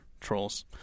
trolls